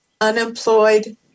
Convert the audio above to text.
unemployed